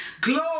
Glory